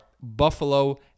Buffalo